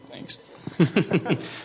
Thanks